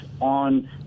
on